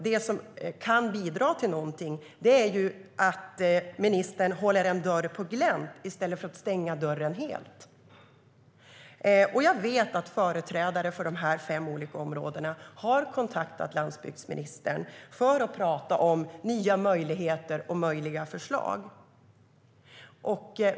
Det som kan bidra till någonting är att ministern håller en dörr på glänt i stället för att stänga dörren helt. Jag vet att företrädare för de här fem olika områdena har kontaktat landsbygdsministern för att tala om nya möjligheter och möjliga förslag.